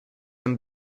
een